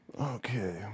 Okay